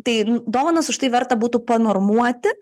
tai dovanas už tai verta būtų panormuoti